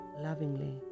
lovingly